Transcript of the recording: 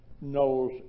knows